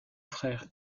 frère